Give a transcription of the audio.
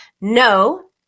No